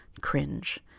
Cringe